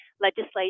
legislation